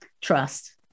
trust